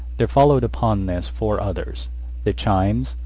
there followed upon this four others the chimes,